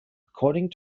according